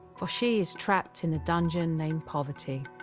for she is trapped in the dungeon named poverty.